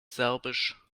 serbisch